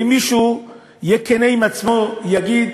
אם מישהו יהיה כן עם עצמו, ויגיד: